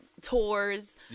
tours